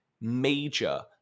major